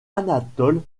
anatole